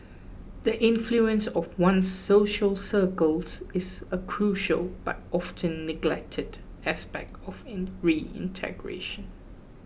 the influence of one's social circles is a crucial but often neglected aspect of reintegration